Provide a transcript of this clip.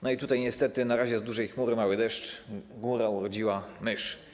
No i tutaj niestety na razie jest z dużej chmury mały deszcz, góra urodziła mysz.